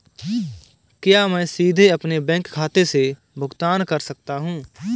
क्या मैं सीधे अपने बैंक खाते से भुगतान कर सकता हूं?